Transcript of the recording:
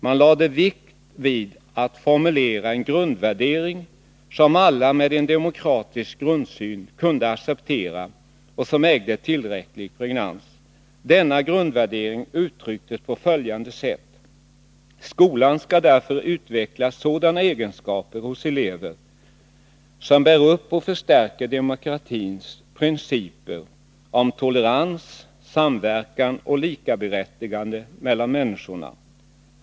Man lade vikt vid att formulera en grundvärdering som alla med en demokratisk grundsyn kunde acceptera och som ägde tillräcklig pregnans. Denna grundvärdering uttrycktes på följande sätt: ”Skolan skall därför utveckla sådana egenskaper hos eleverna som kan bära upp och förstärka demokratins principer om tolerans, samverkan och likaberättigande mellan människorna.